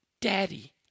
daddy